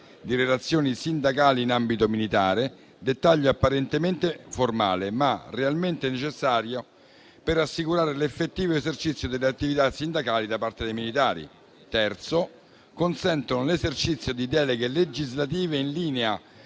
di relazioni sindacali in ambito militare, ed è un dettaglio, questo, apparentemente formale, ma realmente necessario per assicurare l'effettivo esercizio delle attività sindacali da parte dei militari; consentono l'esercizio di deleghe legislative in linea